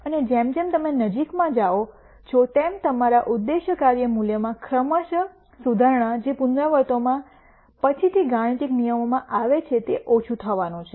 અને જેમ જેમ તમે નજીકમાં જાઓ છો તેમ તમારા ઉદ્દેશ્ય કાર્ય મૂલ્યમાં ક્રમશ સુધારણા જે પુનરાવર્તનોમાં પછીથી ગાણિતીક નિયમોમાં આવે છે તે ઓછું થવાનું છે